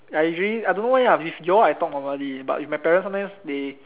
ya usually I don't know why ya your like talk normally but with my parents sometime they